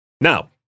Now